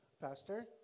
Pastor